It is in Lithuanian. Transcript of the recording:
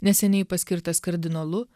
neseniai paskirtas kardinolu